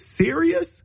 serious